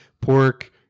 pork